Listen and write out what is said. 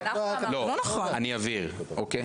אני אבהיר, אוקיי?